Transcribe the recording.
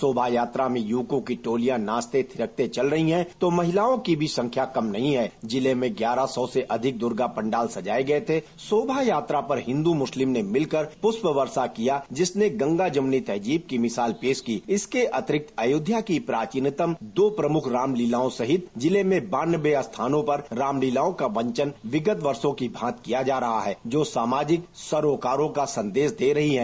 शोभा यात्रा में युवको की टोलियां नचाते थिरकते चल रही है तो महिलाओं की भी संख्या कम नही है जिले में ग्ययारह सौ से अँधिक दर्गा पंडाल सजाये गये थे शोभा यत्रा पर हिन्द् मूस्लिम ने मिलकर पृष्प वर्षा किया जिसने गंगा जमूनी तहर्जीब की मिसाल पेश की इसके अतिरिक्त अयोध्या की प्राचीनतम दो प्रमुख राम लीलाओं सहित जिले में बानबे स्थानों पर राम लीलाओं का मंचन विगत वर्षो की भांति किया जा रहा है जो सामाजिक सरोकारों का सन्देश दे रही है